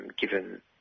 given